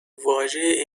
واژه